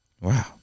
Wow